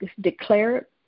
declare